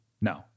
No